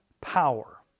power